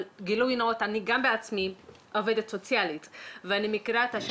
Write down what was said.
גילוי נאות, אני גם בעצמי עובדת סוציאלית לשעבר.